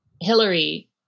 Hillary